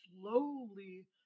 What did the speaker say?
slowly